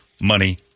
Money